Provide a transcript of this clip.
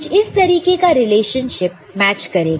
कुछ इस तरीके का रिलेशनशिप मैच करेगा